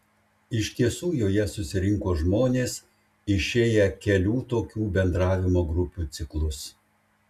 iš tiesų joje susirinko žmonės išėję kelių tokių bendravimo grupių ciklus